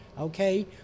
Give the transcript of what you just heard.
Okay